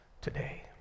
today